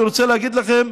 אני רוצה להגיד לכם,